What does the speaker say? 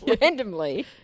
randomly